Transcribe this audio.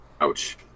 Ouch